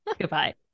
Goodbye